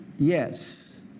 Yes